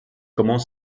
comment